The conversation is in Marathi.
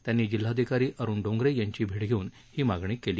त्यांनी जिल्हाधिकारी अरुण डोंगरे यांची भेट घेऊन ही मागणी केली